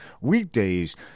weekdays